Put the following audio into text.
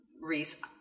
Reese